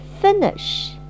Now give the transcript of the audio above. Finish